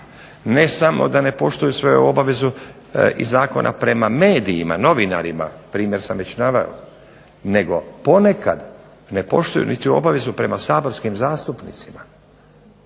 ne samo da ne poštuju svoju obavezu iz Zakona prema medijima, novinarima, primjer sam već naveo, nego ponekad ne poštuju niti obavezu prema saborskim zastupnicima.